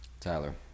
Tyler